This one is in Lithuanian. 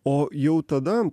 o jau tada